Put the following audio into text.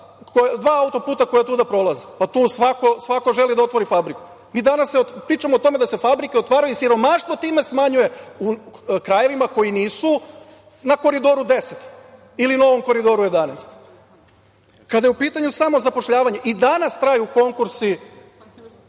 dva auto-puta koji tuda prolaze. Pa tu svako želi da otvori fabriku. Mi danas pričamo o tome da se fabrike otvaraju i siromaštvo time smanjuje u krajevima koji nisu na Koridoru 10 ili novom Koridoru 11.Kada je u pitanju samo zapošljavanje i danas traju konkursi